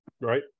Right